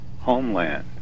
homeland